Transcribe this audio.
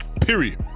Period